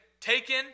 taken